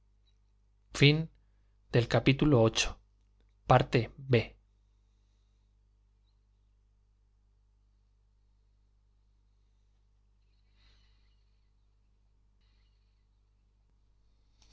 fin del cual